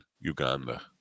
uganda